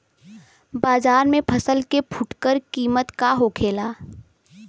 बाजार में फसल के फुटकर कीमत का होखेला?